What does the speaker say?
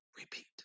repeat